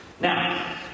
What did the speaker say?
Now